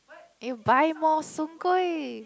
eh you buy more Soon-Kueh